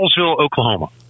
Oklahoma